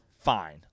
fine